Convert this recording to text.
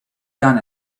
done